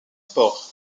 sport